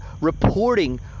reporting